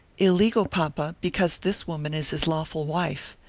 illegal, papa, because this woman is his lawful wife.